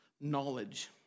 knowledge